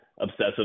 Obsessive